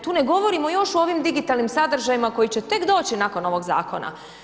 Tu ne govorimo još o ovim digitalnim sadržajima koji će tek doći nakon ovoga zakona.